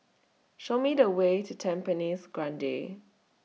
Show Me The Way to Tampines Grande